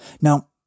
Now